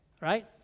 right